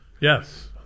yes